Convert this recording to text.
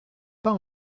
pas